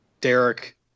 Derek